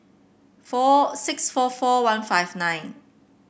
four six four four one five nine